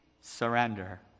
surrender